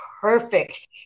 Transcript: perfect